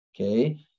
okay